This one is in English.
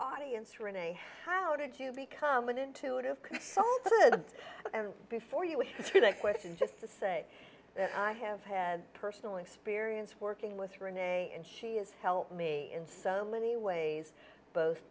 audience renee how did you become an intuitive and before you would treat a question just to say i have had personal experience working with renee and she has helped me in so many ways both